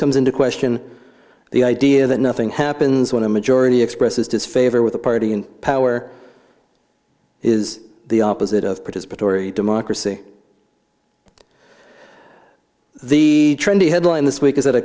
comes into question the idea that nothing happens when a majority expresses disfavor with the party in power is the opposite of participatory democracy the trendy headline this week is that